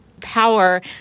power